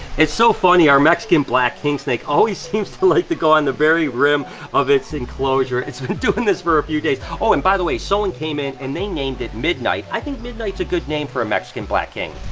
it's so funny, our mexican black king snake always seems to like to go on the very rim of its enclosure. it's been doing this for a few days. oh and by the way, someone so and came in and they named it midnight. i think midnight's a good name for a mexican black king.